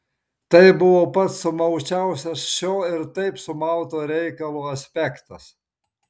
tai buvo pats sumaučiausias šio ir taip sumauto reikalo aspektas